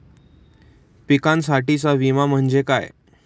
पिकांसाठीचा विमा म्हणजे काय?